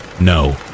No